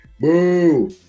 Boo